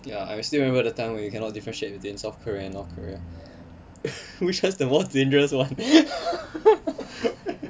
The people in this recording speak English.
ya I still remember the time when you cannot differentiate between south korea and north korea which has the most dangerous one